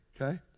okay